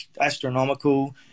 astronomical